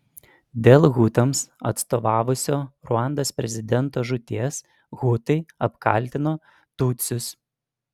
dėl hutams atstovavusio ruandos prezidento žūties hutai apkaltino tutsius